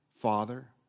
Father